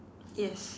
yes